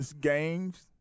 games